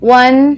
one